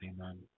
Amen